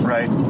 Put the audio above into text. Right